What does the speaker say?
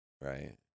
Right